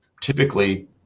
typically